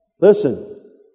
listen